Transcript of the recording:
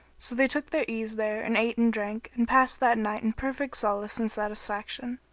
so they took their ease there and ate and drank and passed that night in perfect solace and satisfaction,